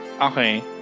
Okay